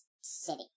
city